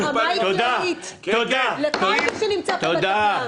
התמונה היא כללית, לכל מי שנמצא פה --- תודה.